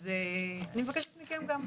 אז אני מבקשת מכם גם,